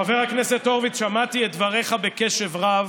חבר הכנסת הורוביץ, שמעתי את דבריך בקשב רב,